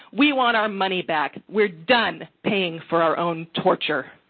we want our money back. we're done paying for our own torture.